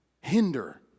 hinder